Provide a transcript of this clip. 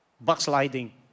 backsliding